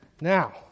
now